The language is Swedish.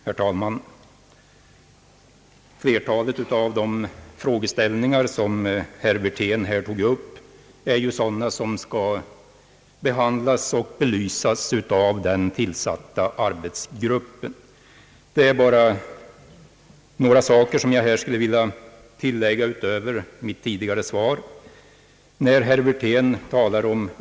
Herr talman! Flertalet av de frågor som herr Wirtén tog upp är sådana som skall behandlas och belysas av den tillsatta arbetsgruppen. Jag skulle emellertid vilja anföra några synpunkter utöver dem som jag har anfört i interpellationssvaret.